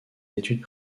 d’études